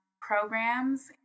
programs